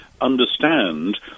understand